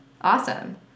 Awesome